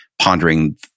pondering